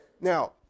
Now